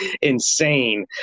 insane